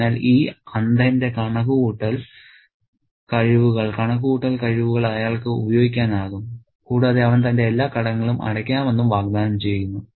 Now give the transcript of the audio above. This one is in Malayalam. അതിനാൽ ഈ അന്ധന്റെ കണക്കുകൂട്ടൽ കഴിവുകൾ അയാൾക്ക് ഉപയോഗിക്കാനാകും കൂടാതെ അവൻ തന്റെ എല്ലാ കടങ്ങളും അടയ്ക്കാമെന്നും വാഗ്ദാനം ചെയ്യുന്നു